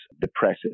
depressive